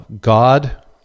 God